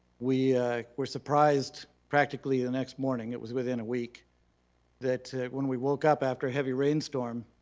we were surprised, practically the next morning, it was within a week that when we woke up after a heavy rainstorm,